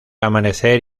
amanecer